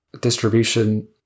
distribution